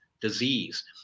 disease